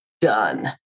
done